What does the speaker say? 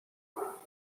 sono